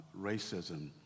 racism